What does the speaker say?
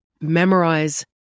memorize